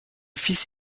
fils